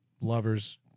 lovers